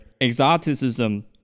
exoticism